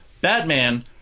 Batman